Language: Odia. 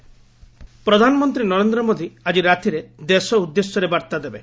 ପିଏମ୍ ଆଡ୍ରେସ୍ ପ୍ରଧାନମନ୍ତ୍ରୀ ନରେନ୍ଦ୍ର ମୋଦୀ ଆଜି ରାତିରେ ଦେଶ ଉଦ୍ଦେଶ୍ୟରେ ବାର୍ତ୍ତା ଦେବେ